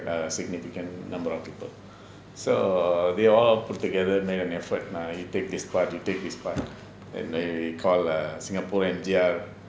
err significant number of people so they all put together make an effort nah you take this part you take this part and they call singapore M_G_R